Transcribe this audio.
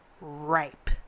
Ripe